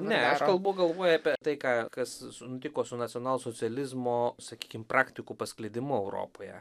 ne aš kalbu galvoju apie tai ką kas nutiko su nacionalsocializmo sakykim praktikų pasklidimu europoje